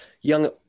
young